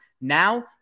Now